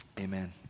Amen